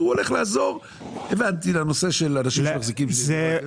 זה הולך לעזור לאנשים שמחזיקים שתי דירות.